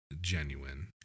genuine